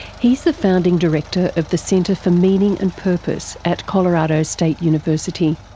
he's the founding director of the centre for meaning and purpose at colorado state university.